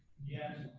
yes.